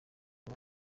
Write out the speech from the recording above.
uyu